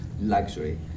luxury